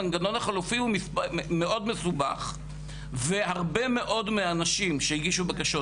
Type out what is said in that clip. המנגנון החלופי הוא מאוד מסובך והרבה מאוד מהאנשים שהגישו בקשות,